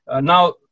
Now